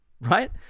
Right